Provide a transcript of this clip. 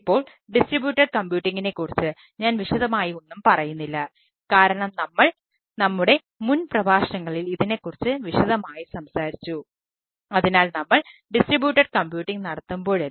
ഇപ്പോൾ ഡിസ്ട്രിബ്യൂട്ടഡ് കമ്പ്യൂട്ടിംഗിനെ